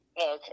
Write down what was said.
Okay